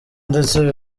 ndetse